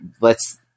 lets